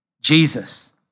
Jesus